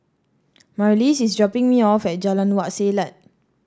Marlys is dropping me off at Jalan Wak Selat